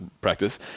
practice